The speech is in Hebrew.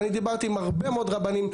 אני דיברתי עם הרבה מאוד רבנים.